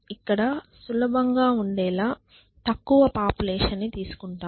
ఇక్కడ సులభంగా ఉండేలా తక్కువ పాపులేషన్ ని తీసుకుంటాం